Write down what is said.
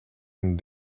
and